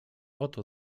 oto